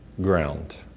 ground